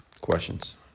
Questions